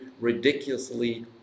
ridiculously